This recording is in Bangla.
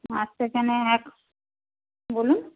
আচ্ছা কেন এক বলুন